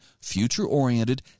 future-oriented